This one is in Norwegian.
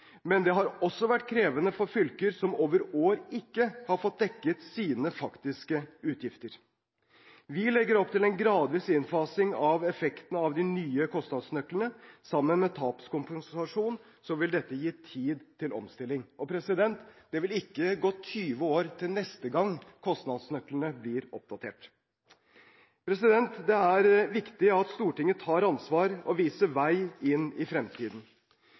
men det har også vært krevende for fylker som over år ikke har fått dekket sine faktiske utgifter. Vi legger opp til en gradvis innfasing av effekten av de nye kostnadsnøklene. Sammen med tapskompensasjon vil dette gi tid til omstilling. Det vil ikke gå 20 år til neste gang kostnadsnøklene blir oppdatert. Det er viktig at Stortinget tar ansvar og viser vei inn i fremtiden.